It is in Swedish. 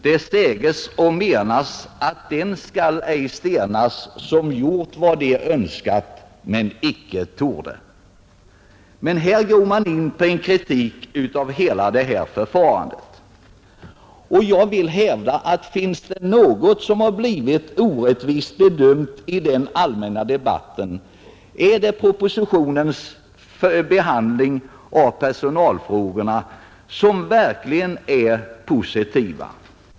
Det säges och menas att dem skall ej stenas som gjort vad de önskat men icke tordes. Men här kritiserar man alltså hela förfarandet. Jag vill hävda att finns det något som blivit orättvist bedömt i den allmänna debatten är det propositionens behandling av personalfrågorna, som verkligen är positiv.